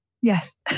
Yes